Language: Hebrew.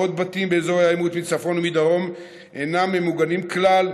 מאות בתים באזור העימות מצפון ומדרום אינם ממוגנים כלל,